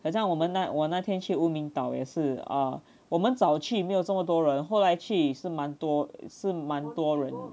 好像我们那我那天去乌敏岛也是 err 我们早去没有这么多人后来去是蛮多是蛮多人